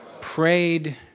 prayed